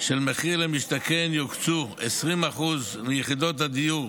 של מחיר למשתכן יוקצו 20% מיחידות הדיור